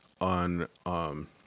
on